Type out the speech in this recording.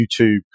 YouTube